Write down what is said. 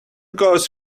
goes